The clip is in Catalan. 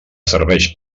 serveix